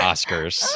Oscars